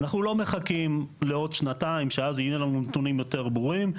אנחנו לא מחכים לעוד שנתיים שאז יהיו לנו נתונים יותר ברורים,